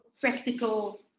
practical